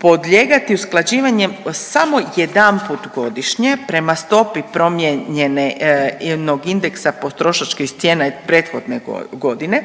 podlijegati usklađivanjem samo jedanput godišnje prema stopi promijenjenog indeksa potrošačkih cijena iz prethodne godine,